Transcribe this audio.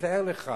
תתאר לך